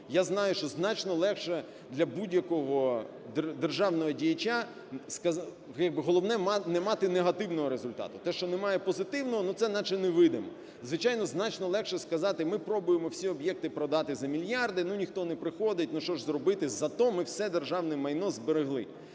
Я знаю, що значно легше для будь-якого державного діяча… як би головне не мати негативного результату. Те, що немає позитивного, ну, це наче невидимо. Звичайно, значно легше сказати, ми пробуємо всі об'єкти продати за мільярди, ну, ніхто не приходить. Ну, що ж зробити? Зате ми все державне майно зберегли.